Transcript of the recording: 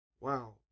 Wow